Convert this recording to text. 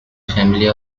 family